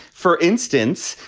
for instance,